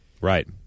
Right